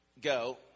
go